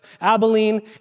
Abilene